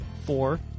four